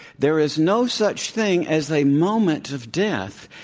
there is no such thing as a moment of death,